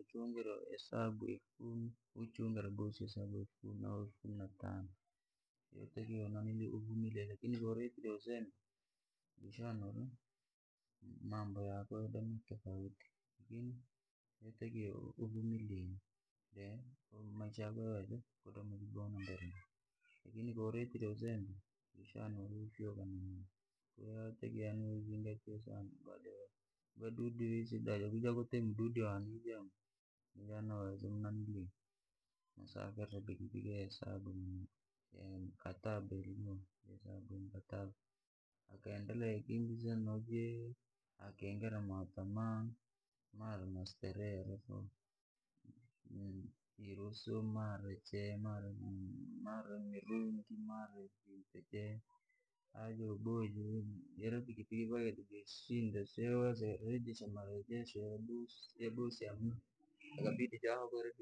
uchunge hesabu ba elfu kumi waukichungira hesabu elfukumi au kumi natano, wotakiwa uvumilile, lakini kowaretire uzembe jo shanauri mambo yako yadoma tafauti. Lakini wotakiwa uvumilie, de maisha rako yaweze kudoma vyaboha na mbere, lakini ko waretire uzembe, shanauri wofyaka nanyuma. Wotakiwa uzingatie vyadudya nija naweza pikipiki ya hesabu ya mkataba, akaendelea akaringira matamaa, mara mustarehe yaritoo irusu mara mirungi, mara itumbetu, ira pikipiki marejesho ya bosi hakuna, ikabidi ahokerwe.